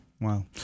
wow